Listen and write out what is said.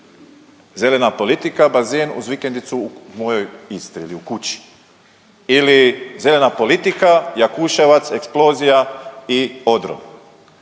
Zelena politika, bazen uz vikendicu u mojoj Istri ili u kući ili zelena politika, Jakuševac eksplozija i odron.